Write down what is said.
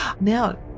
now